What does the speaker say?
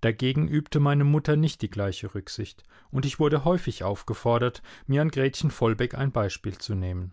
dagegen übte meine mutter nicht die gleiche rücksicht und ich wurde häufig aufgefordert mir an gretchen vollbeck ein beispiel zu nehmen